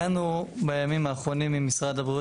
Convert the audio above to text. הגענו בימים האחרונים עם משרד הבריאות